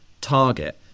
target